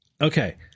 okay